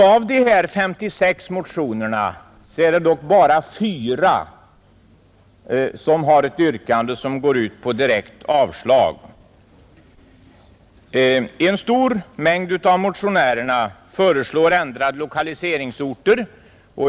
Av de här 55 motionerna har dock bara fyra ett yrkande som går ut på direkt avslag, En stor mängd av motionärerna föreslår ändrade lokaliseringsorter.